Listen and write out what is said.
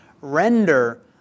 Render